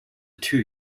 two